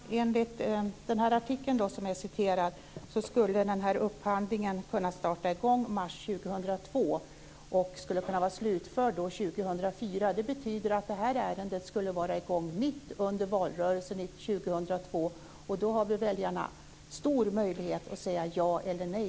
Fru talman! Enligt citerad DN-artikel skulle den här upphandlingen kunna gå i gång i mars 2002 och vara slutförd 2004. Ärendet skulle alltså vara i gång mitt i valrörelsen 2002. Därmed har väljarna stora möjligheter att säga ja eller nej.